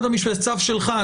זה צו שלך.